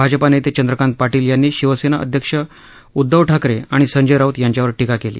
भाजपा नेते चंद्रकांत पाटील यांनी शिवसेना अध्यक्ष उध्दव ठाकरे आणि संजय राऊत यांच्यावर टीका केली